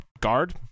guard